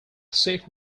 sick